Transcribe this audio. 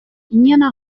iene